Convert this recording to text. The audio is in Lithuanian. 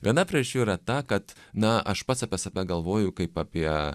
viena prieasčių yra ta kad na aš pats apie save galvoju kaip apie